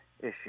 issue